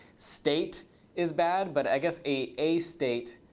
state is bad, but i guess a state,